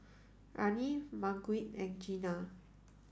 Arne Margurite and Gena